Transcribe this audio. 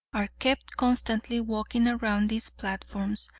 are kept constantly walking around these platforms.